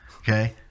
Okay